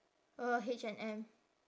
ugh H&M